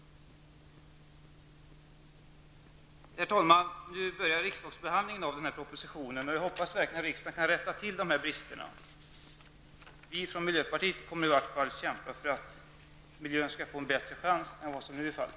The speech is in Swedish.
Herr talman! Nu börjar riksdagsbehandlingen av denna proposition. Jag hoppas verkligen att riksdagen rättar till dessa brister. Vi från miljöpartiet kommer i varje fall att kämpa för att miljön skall få en bättre chans än vad som nu är fallet.